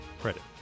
credit